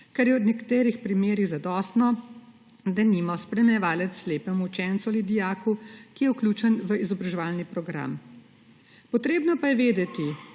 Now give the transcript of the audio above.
kar je v nekaterih primerih zadostno, denimo spremljevalec slepemu učencu ali dijaku, ki je vključen v izobraževalni program. Treba pa je vedeti,